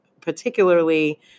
particularly